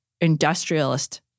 industrialist